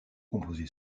composé